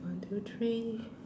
one two three